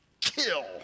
kill